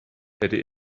hätte